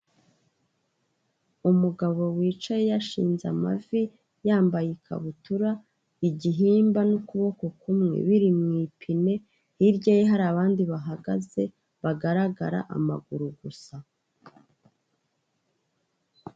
Umugabo wicaye yashinze amavi yambaye ikabutura, igihimba n'ukuboko kumwe biri mu ipine, hirya ye hari abandi bahagaze bagaragara amaguru gusa.